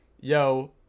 yo